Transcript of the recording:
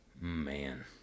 Man